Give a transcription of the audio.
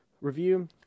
review